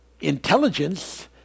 intelligence